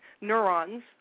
Neurons